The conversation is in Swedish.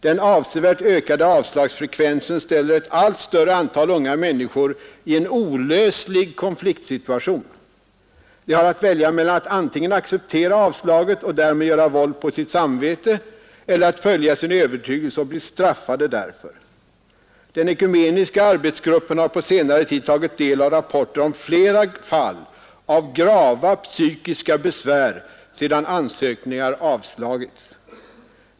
Den avsevärt ökade avslagsfrekvensen ställer ett allt större antal unga människor i en olöslig konfliktsituation: de har att välja mellan att antingen acceptera avslaget och därmed göra våld på sitt samvete, eller att följa sin övertygelse och bli straffade därför. Den ekumeniska arbetsgruppen har på senare tid tagit del av rapporter om flera fall av grava psykiska besvär sedan ansökningar avslagits.